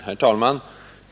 Herr talman!